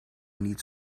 niet